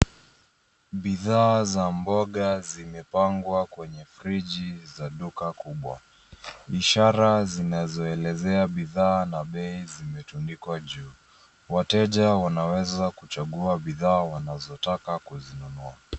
Bidhaa za mboga zimepangwa kwenye friji za duka kubwa. Ni ishara zinazoelezea bidhaa na bei zimetundikwa juu. Wateja wanaweza kuchagua bidhaa wanazotaka kuzinunua.